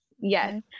yes